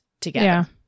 together